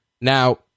now